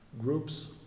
groups